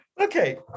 Okay